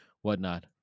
whatnot